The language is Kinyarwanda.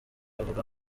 avuga